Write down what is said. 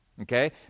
Okay